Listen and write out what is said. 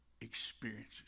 experiences